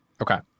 Okay